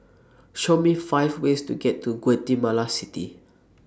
Show Me five ways to get to Guatemala City